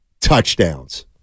touchdowns